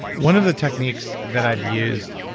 one of the techniques that i've used,